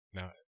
Now